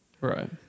Right